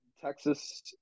Texas